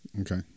Okay